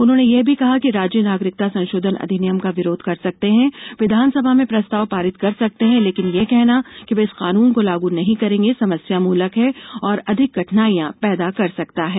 उन्होंने यह भी कहा कि राज्य नागरिकता संशोधन अधिनियम का विरोध कर सकते हैं विधानसभा में प्रस्तााव पारित कर सकते हैं लेकिन यह कहना कि वे इस कानून को लागू नहीं करेंगे समस्या मूलक है और अधिक कठिनाइयां पैदा कर सकता है